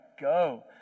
go